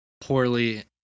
poorly